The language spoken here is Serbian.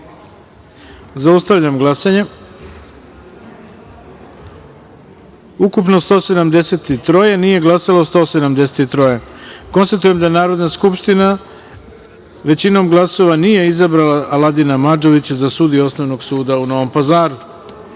taster. Zaustavljam glasanje: ukupno - 173, nije glasalo - 173.Konstatujem da je Narodna skupština većinom glasova nije izabrala Aladina Madžovića za sudiju Osnovnog suda u Novom